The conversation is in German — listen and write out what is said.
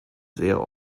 sehr